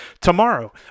Tomorrow